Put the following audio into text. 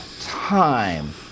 time